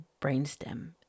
brainstem